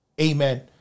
amen